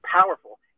powerful